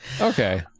Okay